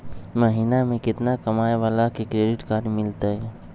महीना में केतना कमाय वाला के क्रेडिट कार्ड मिलतै?